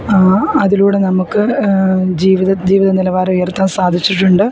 അതിലൂടെ നമുക്ക് ജീവിത ജീവിത നിലവാരം ഉയർത്താൻ സാധിച്ചിട്ടുണ്ട്